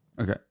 Okay